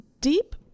Deep